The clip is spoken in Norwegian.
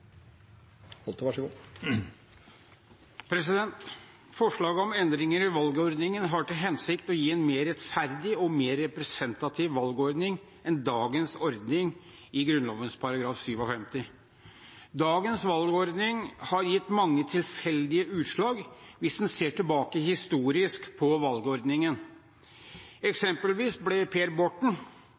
Forslaget om endringer i valgordningen har til hensikt å gi en mer rettferdig og mer representativ valgordning enn dagens ordning i Grunnloven § 57. Dagens valgordning har gitt mange tilfeldige utslag hvis en ser tilbake historisk. Eksempelvis ble Per Borten